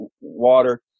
water